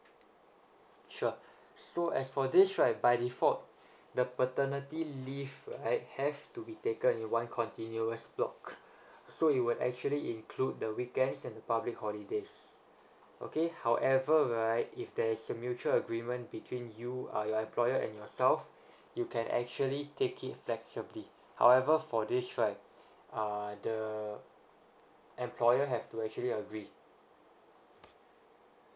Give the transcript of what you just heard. sure so as for this right by default the paternity leave right have to be taken in one continuous block so you will actually include the weekends and the public holidays okay however right if there's a mutual agreement between you uh employer and yourself you can actually take it flexibly however for this right uh the employer have to actually agreed